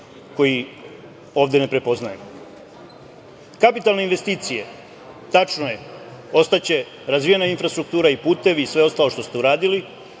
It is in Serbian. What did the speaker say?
koji ovde ne prepoznajemo. Kapitalne investicije, tačno je, ostaće razvijena infrastruktura i putevi i sve ostalo što ste uradili,